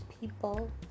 people